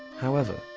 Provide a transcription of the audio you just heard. however,